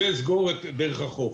וסגור את דרך החוף.